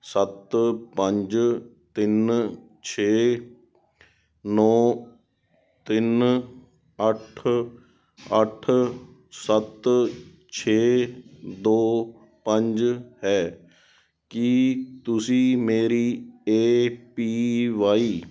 ਸੱਤ ਪੰਜ ਤਿੰਨ ਛੇ ਨੌਂ ਤਿੰਨ ਅੱਠ ਅੱਠ ਸੱਤ ਛੇ ਦੋ ਪੰਜ ਹੈ ਕੀ ਤੁਸੀਂ ਮੇਰੀ ਏ ਪੀ ਵਾਈ